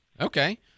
okay